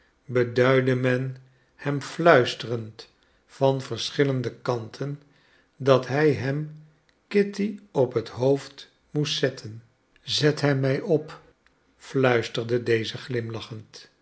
beduidde men hem fluisterend van verschillende kanten dat hij hem kitty op het hoofd moest zetten zet hem mij op fluisterde deze glimlachend